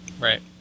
Right